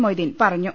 മൊയ്തീൻ പറഞ്ഞു